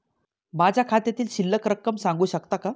माझ्या खात्यातील शिल्लक रक्कम सांगू शकता का?